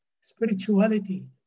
spirituality